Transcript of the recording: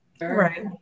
Right